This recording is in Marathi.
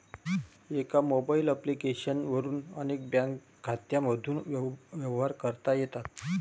एका मोबाईल ॲप्लिकेशन वरून अनेक बँक खात्यांमधून व्यवहार करता येतात